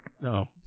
No